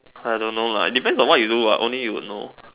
I don't know lah depends on what you do what only you would know